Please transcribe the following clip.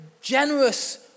generous